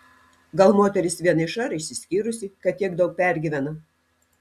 gal moteris vieniša ar išsiskyrusi kad tiek daug pergyvena